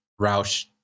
Roush